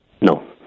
No